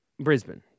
Brisbane